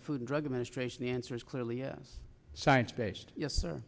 the food and drug administration the answer is clearly a science based yes sir